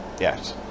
yes